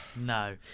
No